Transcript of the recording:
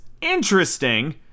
interesting